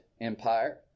empire